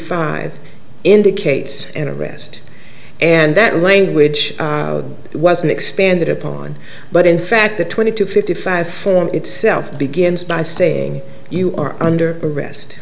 five indicates interest and that language wasn't expanded upon but in fact the twenty two fifty five form itself begins by saying you are under arrest